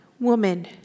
woman